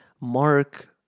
Mark